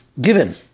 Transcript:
given